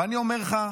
ואני אומר לך: